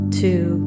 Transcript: two